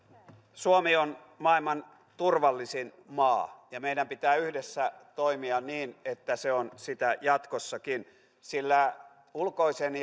suomi on maailman turvallisin maa ja meidän pitää yhdessä toimia niin että se on sitä jatkossakin sillä ulkoisen